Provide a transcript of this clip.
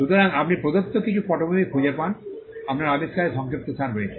সুতরাং আপনি প্রদত্ত কিছু পটভূমি খুঁজে পান আপনার আবিষ্কারের সংক্ষিপ্তসার রয়েছে